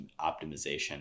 optimization